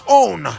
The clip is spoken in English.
own